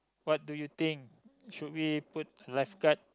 what do you think should we put lifeguard